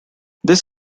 this